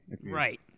right